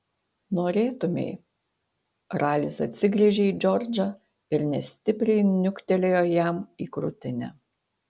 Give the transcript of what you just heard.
norėtumei ralis atsigręžė į džordžą ir nestipriai niuktelėjo jam į krūtinę